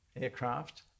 aircraft